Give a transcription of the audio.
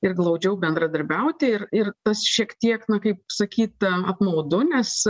ir glaudžiau bendradarbiauti ir ir tas šiek tiek na kaip sakyt apmaudu nes